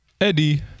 Eddie